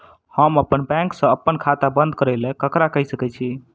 हम अप्पन बैंक सऽ अप्पन खाता बंद करै ला ककरा केह सकाई छी?